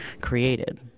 created